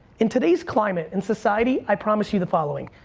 in today's climate, in society, i promise you the following.